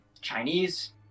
Chinese